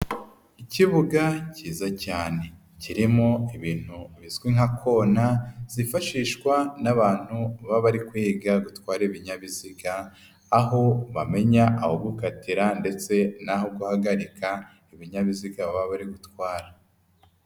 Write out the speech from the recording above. Ikibuga kiza cyane kirimo ibintu bizwi nka kona zifashishwa n'abantu baba bari kwiga gutwara ibinyabiziga aho bamenya aho gukatira ndetse n'aho guhagarika ibinyabiziga baba bari gutwara.